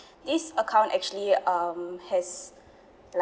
this account actually um has like